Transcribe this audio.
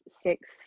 six